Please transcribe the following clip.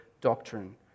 doctrine